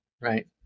right